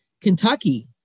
kentucky